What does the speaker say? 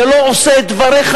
זה לא עושה את דבריך,